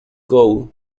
goal